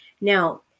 Now